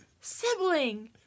sibling